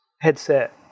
headset